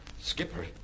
Skipper